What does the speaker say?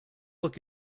look